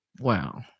Wow